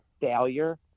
failure